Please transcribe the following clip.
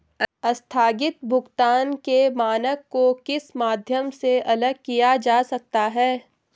आस्थगित भुगतान के मानक को किस माध्यम से अलग किया जा सकता है?